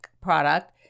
product